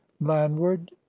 landward